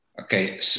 okay